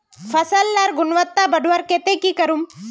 फसल लार गुणवत्ता बढ़वार केते की करूम?